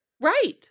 Right